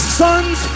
sons